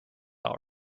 all